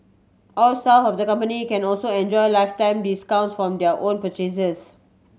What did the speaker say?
all staff of the company can also enjoy lifetime discounts from their own purchases